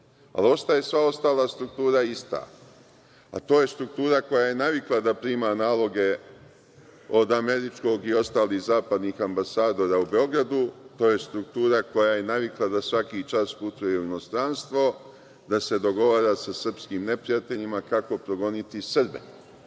ali ostaje sva ostala struktura ista, a to je struktura koja je navikla da prima naloge od američkog i ostalih zapadnih ambasadora u Beogradu, to je struktura koja je navikla da svaki čas putuje u inostranstvo, da se dogovara sa srpskim neprijateljima kako progoniti Srbe.I